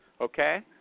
okay